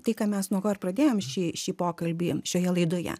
tai ką mes nuo ko ir pradėjom šį šį pokalbį šioje laidoje